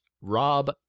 Rob